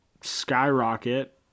skyrocket